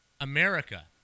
America